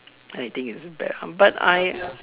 I think is bad but I